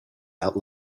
out